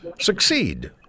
succeed